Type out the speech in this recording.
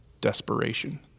Desperation